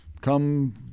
come